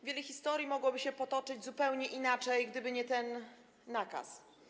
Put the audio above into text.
Wiele historii mogłoby się potoczyć zupełnie inaczej, gdyby nie ten nakaz.